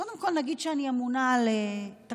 קודם כול, נגיד שאני ממונה על תקציבים.